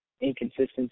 inconsistency